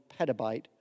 petabyte